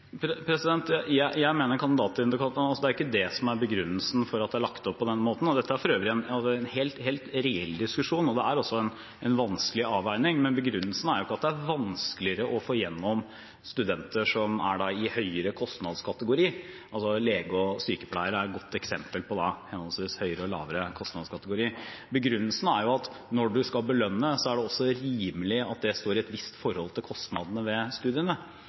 Jeg mener at kandidatindikatoren ikke er begrunnelsen for at det er lagt opp på denne måten. Dette er en helt reell diskusjon, og det er også en vanskelig avveining. Men begrunnelsen er ikke at det er vanskeligere å få igjennom studenter i en høyere kostnadskategori, og lege og sykepleier er et godt eksempel på henholdsvis høyere og lavere kostnadskategori. Begrunnelsen er at når man skal belønne, er det også rimelig at det står i et visst forhold til kostnadene ved studiene,